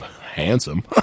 Handsome